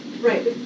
Right